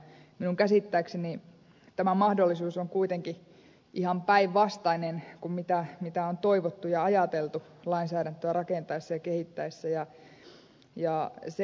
minun käsittääkseni tämä mahdollisuus on kuitenkin ihan päinvastainen kuin on toivottu ja ajateltu lainsäädäntöä rakennettaessa ja kehitettäessä